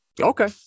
Okay